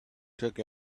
took